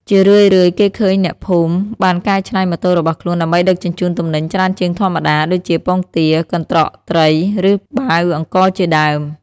ជារឿយៗ គេឃើញអ្នកភូមិបានកែច្នៃម៉ូតូរបស់ខ្លួនដើម្បីដឹកជញ្ជូនទំនិញច្រើនជាងធម្មតា ដូចជាពងទា កន្ត្រកត្រី ឬបាវអង្ករជាដើម។